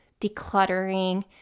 decluttering